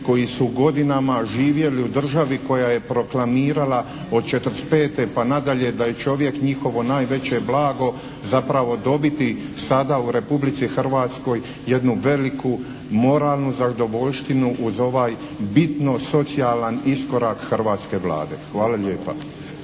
koji su godinama živjeli u državi koja je proklamirala od '45. pa na dalje da je čovjek njihovo najveće blago zapravo dobiti sada u Republici Hrvatskoj jednu veliku moralnu zadovoljštinu uz ovaj bitno socijalan iskorak hrvatske Vlade. Hvala lijepa.